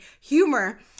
humor